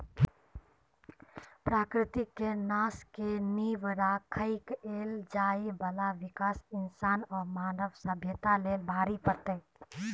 प्रकृति के नाश के नींव राइख कएल जाइ बाला विकास इंसान आ मानव सभ्यता लेल भारी पड़तै